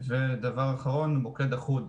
דבר אחרון, מוקד אחוד.